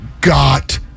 got